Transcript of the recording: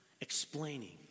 Explaining